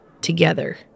together